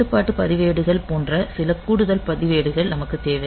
கட்டுப்பாட்டு பதிவேடுகள் போன்ற சில கூடுதல் பதிவேடுகள் நமக்கு தேவை